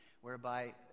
whereby